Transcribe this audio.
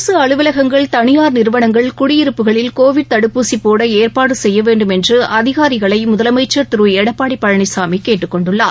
அரசு அலுவலங்கள் தனியார் நிறுவனங்கள் குடியிருப்புகளில் கோவிட் தடுப்பூசி போட ஏற்பாடு செய்ய வேண்டும் என்று அதிகாரிகளை முதலமைச்சர் திரு எடப்பாடி பழனிசாமி கேட்டுக் கொண்டுள்ளார்